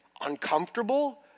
uncomfortable